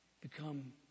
become